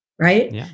right